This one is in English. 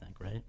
Right